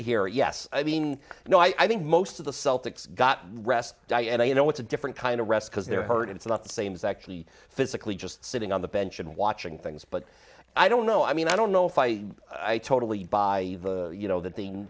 here yes i mean you know i think most of the celtics got rest and i you know it's a different kind of rest because they're hurt it's not the same as actually physically just sitting on the bench and watching things but i don't know i mean i don't know if i i totally buy you know that th